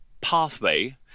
pathway